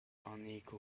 unequal